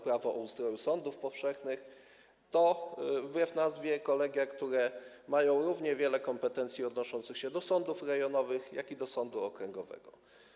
Prawo o ustroju sądów powszechnych - to są to, wbrew nazwie, kolegia, które mają równie wiele kompetencji odnoszących się tak do sądów rejonowych, jak i do sądu okręgowego.